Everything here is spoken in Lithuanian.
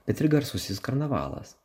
bet ir garsusis karnavalas